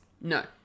No